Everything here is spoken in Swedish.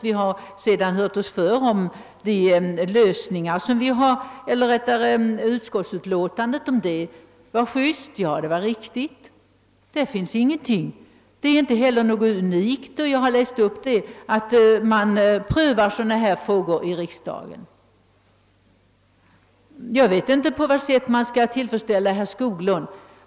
Vi har sedan hört oss för, huruvida utskottsutlåtandet var juste. Ja, det var riktigt det också. Där finns inte någon anmärkning. Inte heller är det unikt — jag har redogjort för det — att pröva sådana frågor i riksdagen. Jag vet inte på vilket sätt, man skall kunna tillfredsställa herr Skoglund.